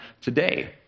today